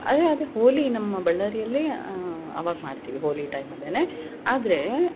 ಅದೇ ಅದೇ ಹೋಳಿ ನಮ್ಮ ಬಳ್ಳಾರಿಯಲ್ಲಿ ಆವಾಗ ಮಾಡ್ತೀವಿ ಹೋಳಿ ಟೈಮಲ್ಲೆನೇ ಆದರೆ